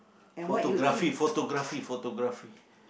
photography photography photography